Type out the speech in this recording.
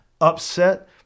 upset